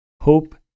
hope